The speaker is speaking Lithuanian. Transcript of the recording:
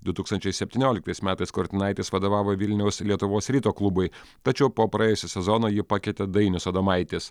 du tūkstančiai septynioliktais metais kurtinaitis vadovavo vilniaus lietuvos ryto klubui tačiau po praėjusio sezono jį pakeitė dainius adomaitis